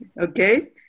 Okay